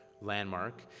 landmark